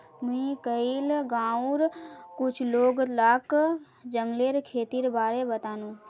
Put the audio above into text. मुई कइल गांउर कुछ लोग लाक जंगलेर खेतीर बारे बतानु